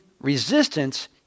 resistance